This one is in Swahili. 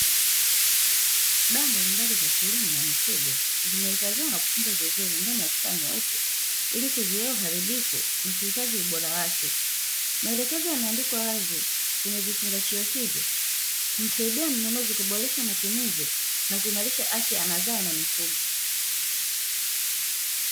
Dawa mbalimbali za kilimo na mifugo, zimeifadhiwa na kufungwa vizuri ndani ya chupa nyeupe, ili kuzuia uharibifu na kuhifadhi ubora wake, maelekezo yameandikwa wazi kwenye vifungashio hivyo, kumsaidia mnunuzi kuboresha matumizi na kuimarisha afya ya mazao na mifugo.